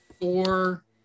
four